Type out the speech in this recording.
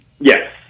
Yes